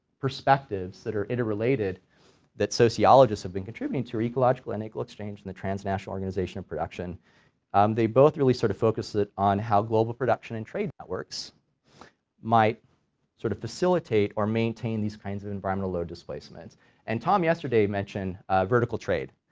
perspectives that are interrelated that sociologists have been contributing to are ecological unequal exchange and the transnational organization of production they both really sort of focus on how global production and trade networks might sort of facilitate or maintain these kinds of environmental load displacements and tom yesterday mentioned vertical trade,